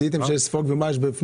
זיהיתם שיש ספוג ומה יש בו?